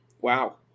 Wow